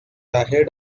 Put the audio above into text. ahead